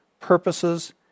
purposes